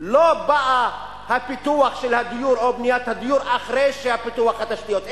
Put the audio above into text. לא בא הפיתוח של הדיור או בניית הדיור אחרי פיתוח התשתיות,